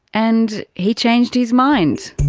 and he changed his mind.